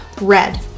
red